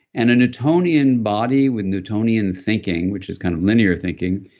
and a newtonian body with newtonian thinking, which is kind of linear thinking,